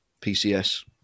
PCS